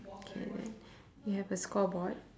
K you have a scoreboard